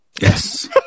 Yes